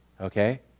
okay